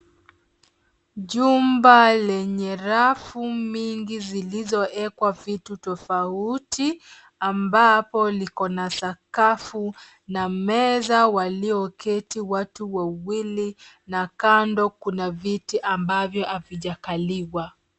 Chumba lenye rafu mingi zilizoekwa vitu tofauti, ambapo likona sakafu, na meza walioketi watu wawili, na kando kuna viti ambavyo havijakaliwa.